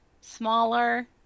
smaller